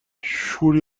شور